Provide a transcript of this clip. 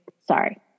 sorry